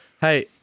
Hey